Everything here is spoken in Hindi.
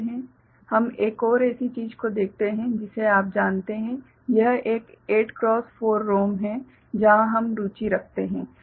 हम एक और ऐसी चीज को देखते हैं जिसे आप जानते हैं यह एक 8 क्रॉस 4 ROM है जहां हम रुचि रखते हैं